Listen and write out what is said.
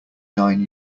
nine